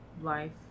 life